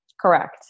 Correct